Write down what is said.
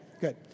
good